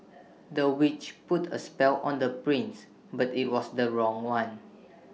the witch put A spell on the prince but IT was the wrong one